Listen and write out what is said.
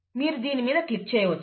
మీరు దీని మీద క్లిక్ చేయవచ్చు